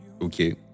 Okay